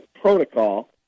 protocol